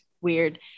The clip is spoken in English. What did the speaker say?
weird